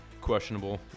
questionable